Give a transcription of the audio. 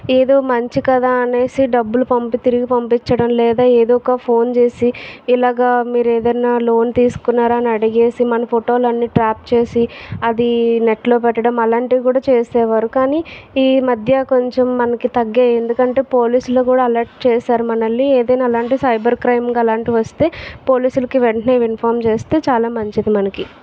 ఏదో మంచి కదా అనేసి డబ్బులు పంపి తిరిగి పంపించడం లేదా ఏదో ఒక ఫోన్ చేసి ఇలాగా మీరు ఏదైనా లోన్ తీసుకున్నారని అడిగేసి మన ఫోటోలు అన్ని ట్రాప్ చేసి అది నెట్లో పెట్టడం అలాంటివి కూడా చేసేవారు కానీ ఈ మధ్య కొంచెం మనకి తగ్గాయి ఎందుకంటే పోలీసులు కూడా అలర్ట్ చేశారు మనల్ని ఏదైనా అలాంటి సైబర్ క్రైమ్ అలాంటి వస్తే పోలీసులుకి వెంటనే ఇంఫాం చేస్తే చాలా మంచిది మనకి